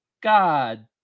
God